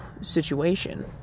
situation